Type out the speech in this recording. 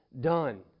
done